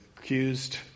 Accused